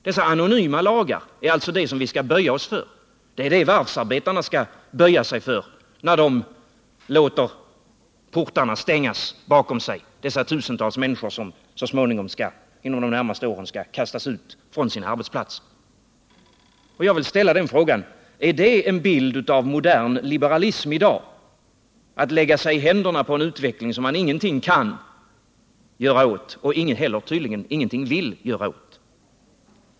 Dessa anonyma lagar är alltså det som vi skall böja oss för, det som varvsarbetarna — dessa tusentals människor som inom de närmaste åren skall kastas ut från sina arbetsplatser — skall böja sig för när de låter portarna stängas bakom sig. Jag vill ställa frågan: Är det en bild av modern liberalism i dag att lägga sig i händerna på en utveckling som man ingenting kan göra åt och som tydligen heller ingen vill göra någonting åt?